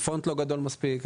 על פונט לא גדול מספיק,